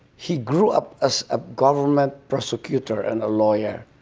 he grew up as a government prosecutor and a lawyer,